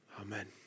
Amen